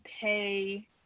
pay